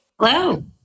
Hello